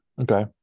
Okay